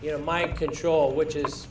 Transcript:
you know my control which is